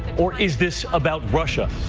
or is this about russia?